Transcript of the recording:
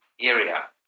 area